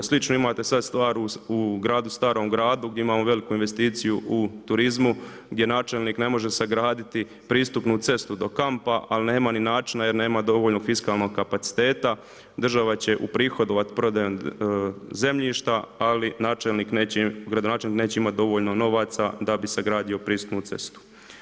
Slično imate sada stvar u gradu, starom gradu, gdje imamo veliku investiciju u turizmu, gdje načelnik ne može sagraditi pristupnu cestu do kampa, a nema ni načina, jer nema dovoljno fiskalnog kapaciteta, država će uprihodovati prodajom zemljišta, ali načelnik, gradonačelnik neće imati dovoljno novaca da bi sagradio pristupnu cestu.